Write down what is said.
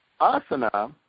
Asana